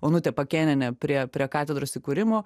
onutė pakėnienė priėjo prie katedros įkūrimo